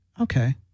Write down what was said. Okay